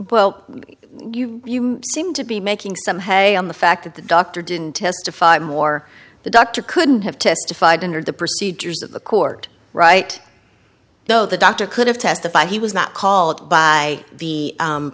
well you seem to be making some hay on the fact that the doctor didn't testify more the doctor couldn't have testified under the procedures of the court right though the doctor could have testified he was not called by the